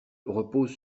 repose